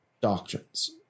doctrines